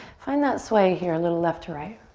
find that sway here, a little left or right.